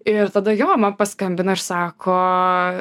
ir tada jo man paskambina ir sako